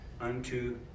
unto